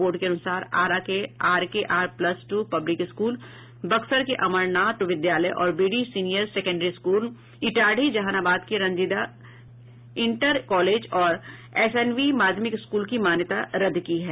board के अनुसार आरा के R K R plus two public school Buxar के अमरनाथ मिश्र विद्यालय और B D senior secondary school Itarhi Jehanabad के रंजीता इंटर कॉलेज और एस एन वी माध्यमिक स्कूल की मान्यता रद्द की गयी है